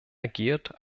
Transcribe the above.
agiert